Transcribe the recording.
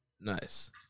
Nice